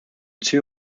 too